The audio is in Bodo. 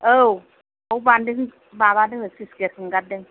औ बाव बान्दो माबादोंनो स्लुइस गेट हगारदों